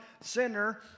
sinner